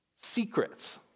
secrets